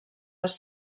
les